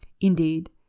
Indeed